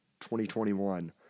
2021